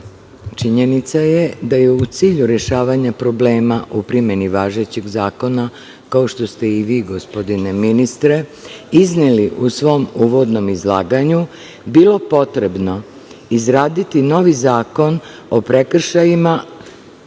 načelu. Činjenica je da je u cilju rešavanja problema u primeni važećeg zakona, kao što ste i vi gospodine ministre izneli u svom uvodnom izlaganju, bilo potrebno izraditi novi zakon o prekršajima